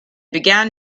began